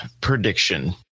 prediction